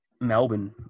Melbourne